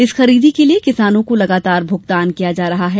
इस खरीदी के लिए किसानों को लगातार भुगतान किया जा रहा है